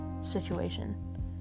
situation